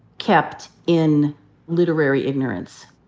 kept in literary ignorance?